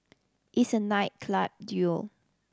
it's a night club duel